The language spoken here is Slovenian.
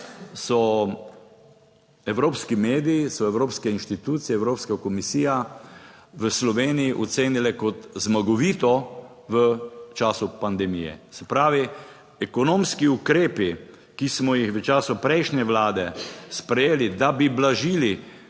evropski mediji, so evropske inštitucije, Evropska komisija v Sloveniji ocenile kot zmagovito v času pandemije. Se pravi, ekonomski ukrepi, ki smo jih v času prejšnje vlade sprejeli, da bi blažili